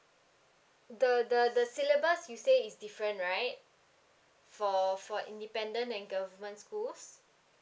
the the the syllabus you say is different right for for independent and government schools